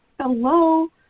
hello